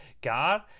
God